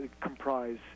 comprise